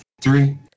Three